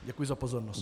Děkuji za pozornost.